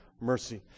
mercy